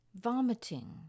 vomiting